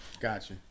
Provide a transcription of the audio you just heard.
Gotcha